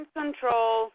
control